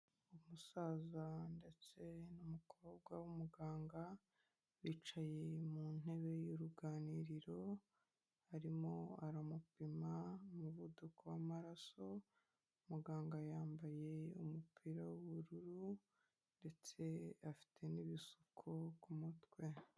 Umusaza ndetse n'umukobwa w'umuganga bicaye mu ntebe y'uruganiriro, arimo aramupima umuvuduko w'amaraso, muganga yambaye umupira w'ubururu ndetse afite n'ibisuko ku mutwe.